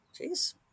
jeez